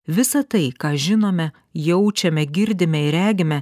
visa tai ką žinome jaučiame girdime ir regime